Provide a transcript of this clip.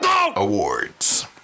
awards